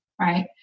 right